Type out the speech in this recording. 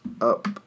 up